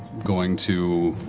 going to